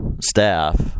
staff